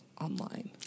online